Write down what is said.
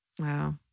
Wow